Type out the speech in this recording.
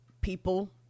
people